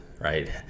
right